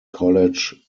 college